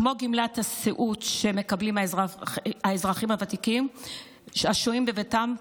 כמו גמלת הסיעוד שמקבלים האזרחים הוותיקים השוהים בביתם,